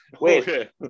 Wait